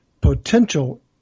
potential